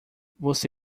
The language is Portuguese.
você